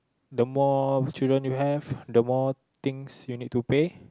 the more children you have the more things you need to pay